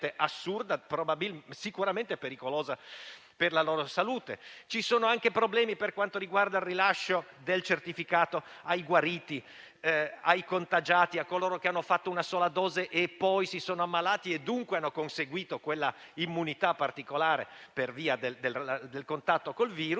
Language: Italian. assurda e sicuramente pericolosa per la salute. Ci sono anche problemi per quanto riguarda il rilascio del certificato ai guariti, ai contagiati, a coloro che hanno fatto una sola dose e poi si sono ammalati e, dunque, per via del contatto con il virus,